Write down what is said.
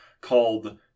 called